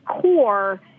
core